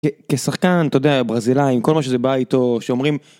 כשחקן אתה יודע ברזילאי עם כל מה שזה בא איתו שאומרים.